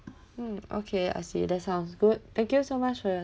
hmm okay I see that sounds good thank you so much for your